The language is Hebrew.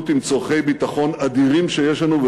עם צורכי ביטחון אדירים שיש לנו,